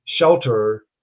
shelter